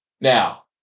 Now